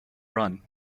run